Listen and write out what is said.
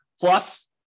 Plus